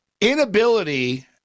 inability